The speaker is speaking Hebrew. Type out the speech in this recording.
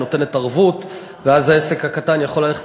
היא נותנת ערבות ואז העסק הקטן יכול ללכת